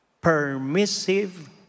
permissive